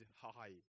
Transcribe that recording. high